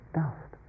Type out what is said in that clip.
dust